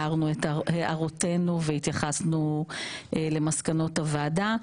הערנו את הערותינו והתייחסנו למסקנות הוועדה,